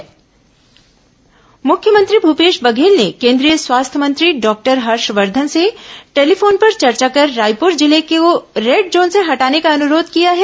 corona मुख्यमंत्री red zone मुख्यमंत्री भूपेश बघेल ने केंद्रीय स्वास्थ्य मंत्री डॉक्टर हर्षवर्धन से टेलीफोन पर चर्चा कर रायपुर जिले को रेड जोन से हटाने का अनुरोध किया है